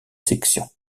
sections